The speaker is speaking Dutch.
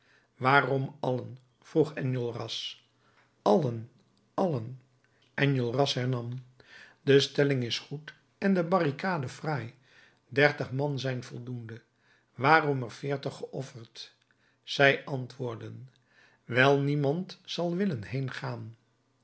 waarom allen vroeg enjolras allen allen enjolras hernam de stelling is goed en de barricade fraai dertig man zijn voldoende waarom er veertig geofferd zij antwoordden wijl niemand zal willen heengaan